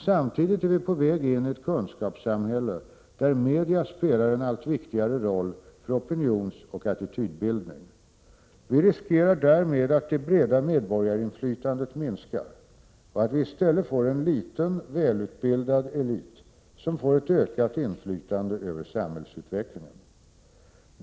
Samtidigt är vi på väg in i ett kunskapssamhälle där media spelar en allt viktigare roll för opinionsoch attitydbildning. Vi riskerar därmed att det breda medborgarinflytandet minskar och att vi i stället får en liten, välutbildad elit, som får ett ökat inflytande över samhällsutvecklingen.